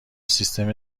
سیستم